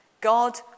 God